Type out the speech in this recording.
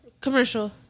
Commercial